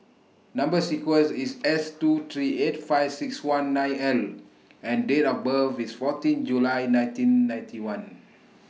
Number sequence IS S two three eight five six one nine L and Date of birth IS fourteen July nineteen ninety one